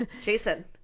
Jason